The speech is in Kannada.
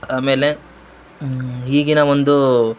ಆಮೇಲೆ ಈಗಿನ ಒಂದು